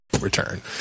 return